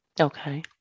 Okay